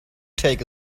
take